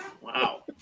Wow